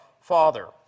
Father